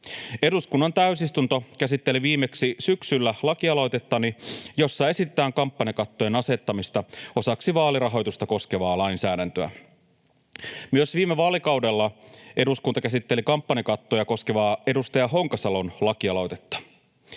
Eduskunnan täysistunto käsitteli viimeksi syksyllä lakialoitettani, jossa esitetään kampanjakattojen asettamista osaksi vaalirahoitusta koskevaa lainsäädäntöä. Myös viime vaalikaudella eduskunta käsitteli kampanjakattoja koskevaa, edustaja Honkasalon lakialoitetta.